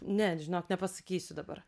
ne žinok nepasakysiu dabar